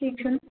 ٹھیٖک چھُ